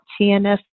TNS